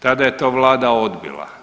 Tada je to vlada odbila.